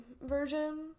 version